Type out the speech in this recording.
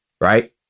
right